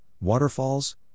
waterfalls